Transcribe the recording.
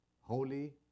holy